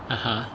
(uh huh)